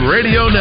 Radio